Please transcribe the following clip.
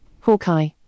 Hawkeye